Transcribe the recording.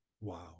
Wow